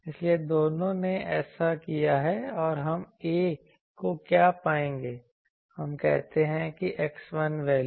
इसलिए लोगों ने ऐसा किया है और हम 'a' को क्या पाएंगे हम कहते हैं कि X1 वैल्यू